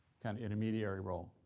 kind of intermediary role.